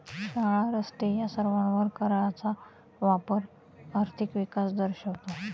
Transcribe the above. शाळा, रस्ते या सर्वांवर कराचा वापर आर्थिक विकास दर्शवतो